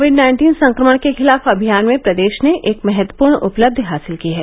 Covid nineteen संक्रमण के खिलाफ अभियान में प्रदेश ने एक महत्वपूर्ण उपलब्धि हासिल की है